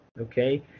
Okay